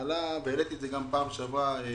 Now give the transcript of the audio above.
העליתי את זה גם בפעם שעברה,